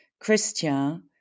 Christian